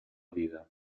vida